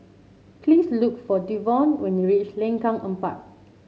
please look for Devaughn when you reach Lengkok Empat